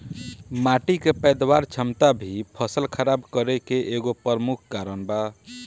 माटी के पैदावार क्षमता भी फसल खराब करे के एगो प्रमुख कारन बा